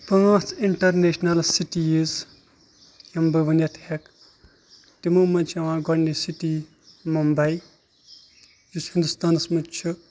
پانٛژھ international cities یِم بہٕ ؤنِتھ ہٮ۪کہٕ تِمو منٛز چھِ یِوان گۄڈنِچ سِٹی مُمبے یُس ہِندُستانَس منٛز چھِ